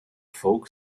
folk